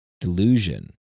delusion